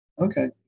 Okay